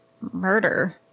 murder